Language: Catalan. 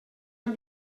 amb